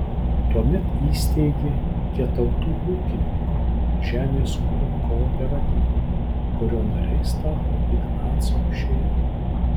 tuomet įsteigė getautų ūkininko žemės ūkio kooperatyvą kurio nariais tapo ignaco šeima